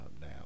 now